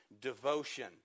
devotion